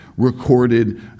Recorded